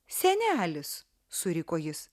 senelis suriko jis